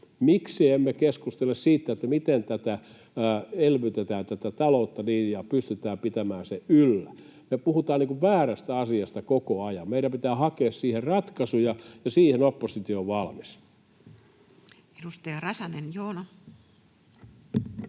Miksi emme keskustele siitä, miten taloutta elvytetään ja pystytään pitämään sitä yllä? Me puhutaan koko ajan väärästä asiasta. Meidän pitää hakea siihen ratkaisuja, ja siihen oppositio on valmis. Edustaja Räsänen, Joona.